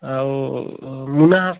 ଆଉ ମୁନା